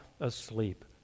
asleep